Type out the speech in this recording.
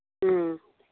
ꯎꯝ